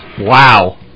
wow